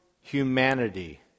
humanity